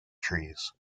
trees